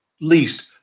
least